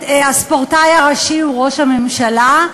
הספורטאי הראשי הוא ראש הממשלה,